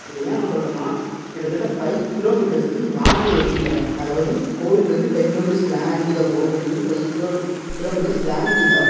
இதை ஏன் நான் சொல்லுறேன்னா கிட்டத்தட்ட ஃபை கிலோ மீட்டர்ஸ்க்கு யானையை வச்சிக்கிட்டாங்க அதாவது கோவில்லருந்து ஃபை கிலோ மீட்டர்ஸ் ஸ்லேண்ட்டிங்காக கோபுரத்துலருந்து ஃபை கிடோஸ் கிலோ மீட்டர்ஸ் ஸ்லேண்ட்டிங்காக